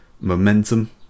momentum